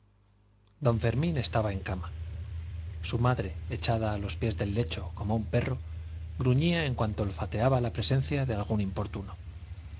don fermín estaba en cama su madre echada a los pies del lecho como un perro gruñía en cuanto olfateaba la presencia de algún importuno el